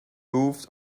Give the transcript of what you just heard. moved